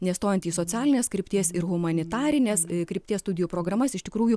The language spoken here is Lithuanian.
nes stojant į socialinės krypties ir humanitarinės krypties studijų programas iš tikrųjų